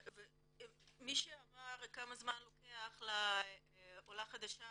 מי ששאל כמה זמן לוקח לעולה חדשה